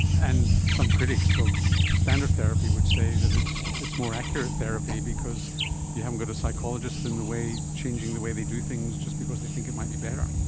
and some critics of standard therapy would say that it's it's more accurate therapy because you haven't got a psychologist changing and the way changing the way they do things just because they think it might be better. and